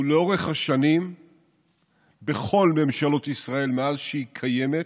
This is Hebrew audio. ולאורך השנים בכל ממשלות ישראל, מאז שהיא קיימת,